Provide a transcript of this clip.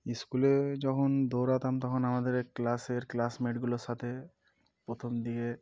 স্কুলে যখন দৌড়াতাম তখন আমাদের ক্লাসের ক্লাসমেটগুলোর সাথে প্রথম দিকে